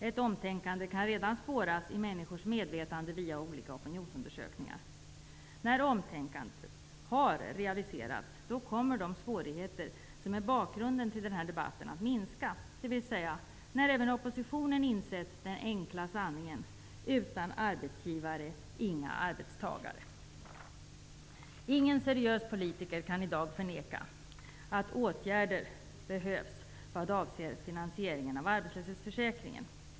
Ett omtänkande kan redan spåras i människors medvetande via olika opinionsundersökningar. När omtänkandet har realiserats kommer de svårigheter som är bakgrunden till denna debatt att minska, dvs. när även oppositionen har insett den enkla sanningen: utan arbetsgivare, inga arbetstagare. Ingen seriös politiker kan i dag förneka att åtgärder behövs vad avser finansieringen av arbetslöshetsförsäkringen.